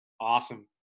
Awesome